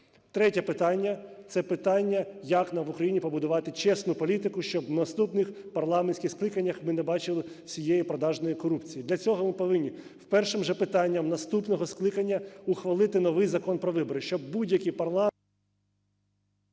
Третє питання, це питання, як нам в Україні побудувати чесну політику, щоб в наступних парламентських скликаннях ми не бачили цієї продажної корупції. Для цього ми повинні першим же питанням наступного скликання ухвалити новий Закон про вибори, щоб будь-який парламент…